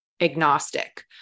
Agnostic